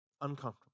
Uncomfortable